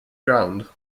ground